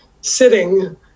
sitting